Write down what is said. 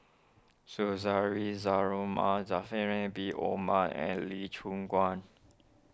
Suzairhe Zulkifli Bin Mohamed and Lee Choon Guan